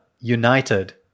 united